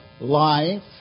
life